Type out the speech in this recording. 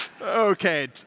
Okay